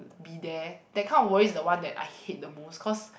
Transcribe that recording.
be there that kind of worry is the one that I hate the most cause